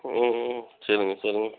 சரிங்க சரிங்க